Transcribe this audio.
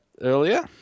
earlier